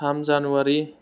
थाम जानुवारि